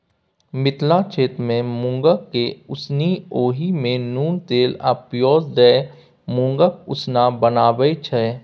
मिथिला क्षेत्रमे मुँगकेँ उसनि ओहि मे नोन तेल आ पियाज दए मुँगक उसना बनाबै छै